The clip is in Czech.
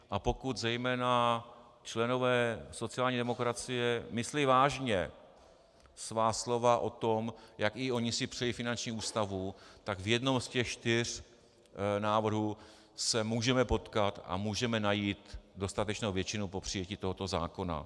A pokud zejména členové sociální demokracie myslí vážně svá slova o tom, jak i oni si přejí finanční ústavu, tak v jednom ze čtyř návrhů se můžeme potkat a můžeme najít dostatečnou většinu pro přijetí tohoto zákona.